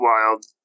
wild